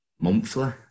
monthly